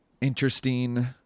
interesting